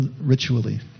ritually